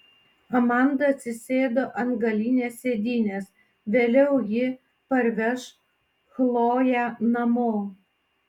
amanda atsisėdo ant galinės sėdynės vėliau ji parveš chloję namo